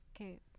Okay